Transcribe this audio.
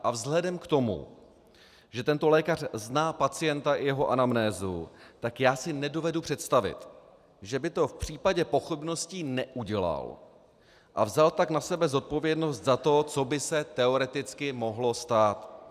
A vzhledem k tomu, že tento lékař zná pacienta i jeho anamnézu, tak si nedovedu představit, že by to v případě pochybností neudělal a vzal tak na sebe zodpovědnost za to, co by se teoreticky mohlo stát.